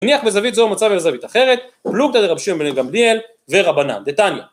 הניח בזווית זו ומצא בזווית אחרת, פלוגתא דרבן שמעון בן גמליאל ורבנן. דתניא